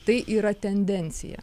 tai yra tendencija